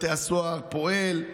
שירות בתי הסוהר פועל,